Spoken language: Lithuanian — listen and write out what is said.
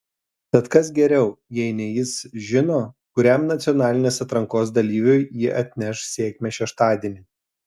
tad kas geriau jei ne jis žino kuriam nacionalinės atrankos dalyviui ji atneš sėkmę šeštadienį